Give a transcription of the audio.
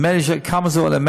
כמה זה עולה?